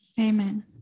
Amen